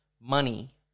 money